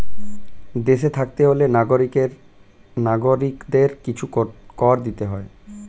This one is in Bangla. দেশে থাকতে হলে নাগরিকদের কিছু কর দিতে হয়